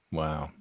wow